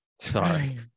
Sorry